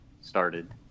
started